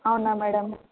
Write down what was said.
అవునా మేడం